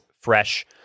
fresh